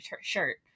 shirt